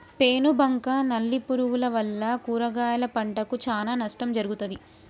పేను బంక నల్లి పురుగుల వల్ల కూరగాయల పంటకు చానా నష్టం జరుగుతది